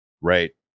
right